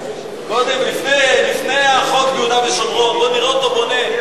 לפני חוק יהודה ושומרון בוא נראה אותו בונה.